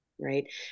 right